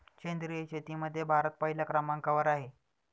सेंद्रिय शेतीमध्ये भारत पहिल्या क्रमांकावर आहे